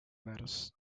lettuce